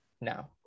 now